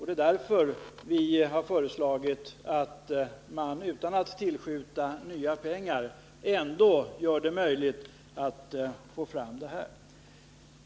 Det är därför vi har föreslagit att man utan att tillskjuta nya pengar ändå skall göra det möjligt att få fram pengar till studiecirklarna.